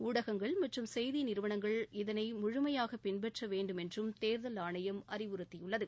உடைகங்கள் மற்றும் செய்தி நிறுவனங்கள் இதனை முழுமையாக பின்பற்ற வேண்டுமென்றும் தேர்தல் ஆணையம் அறிவுறுத்தியுள்ளது